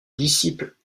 disciples